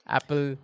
Apple